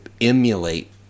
emulate